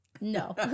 No